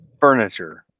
furniture